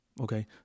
okay